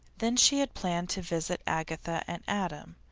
then she had planned to visit agatha and adam.